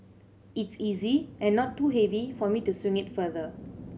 it's easy and not too heavy for me to swing it further